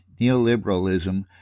neoliberalism